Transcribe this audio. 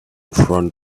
front